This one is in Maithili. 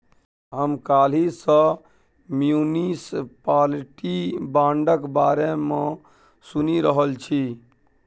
हम काल्हि सँ म्युनिसप्लिटी बांडक बारे मे सुनि रहल छी